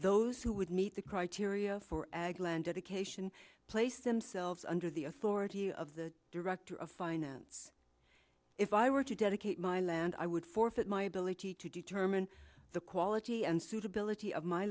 those who would meet the criteria for ag land to the cation placed themselves under the authority of the director of finance if i were to dedicate my land i would forfeit my ability to determine the quality and suitability of my